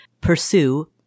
pursue